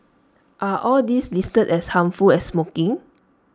are all these listed as harmful as smoking